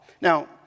Now